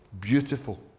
beautiful